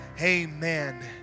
amen